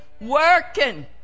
Working